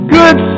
good